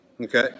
okay